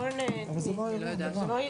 אני לא יודעת.